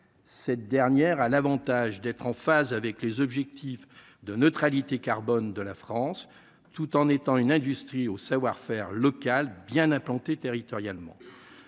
cette dernière. L'Avantage d'être en phase avec les objectifs de neutralité carbone de la France, tout en étant une industrie au savoir-faire local bien implantés territorialement